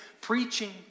preaching